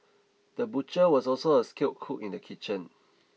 the butcher was also a skilled cook in the kitchen